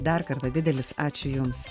dar kartą didelis ačiū jums